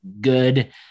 good